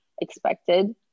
expected